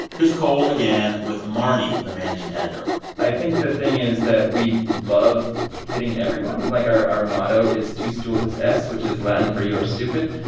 here's cole again with marnie, the managing editor i think the thing is that we love hitting everyone. like, our our motto is tu stultus es, which is latin for you are stupid.